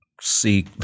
see